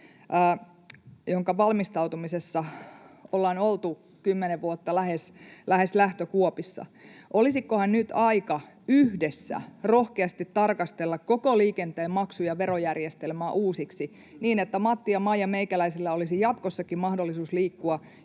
johonka valmistautumisessa ollaan oltu kymmenen vuotta lähes lähtökuopissa. Olisikohan nyt aika yhdessä rohkeasti tarkastella koko liikenteen maksu- ja verojärjestelmää uusiksi, niin että matti- ja maijameikäläisellä olisi jatkossakin mahdollisuus liikkua